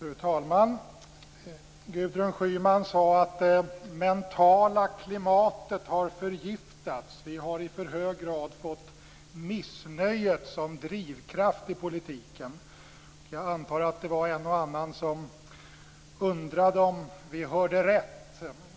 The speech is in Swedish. Fru talman! Gudrun Schyman sade att det mentala klimatet har förgiftats. Vi har i för hög grad fått missnöjet som drivkraft i politiken. Jag antar att det var en och annan som undrade om vi hörde rätt.